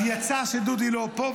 אז יצא שדודי לא פה,